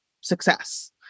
success